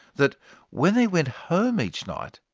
that when they went home each night,